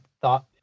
thought